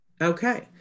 Okay